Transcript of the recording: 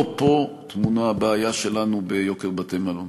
לא פה טמונה הבעיה שלנו ביוקר בתי-מלון.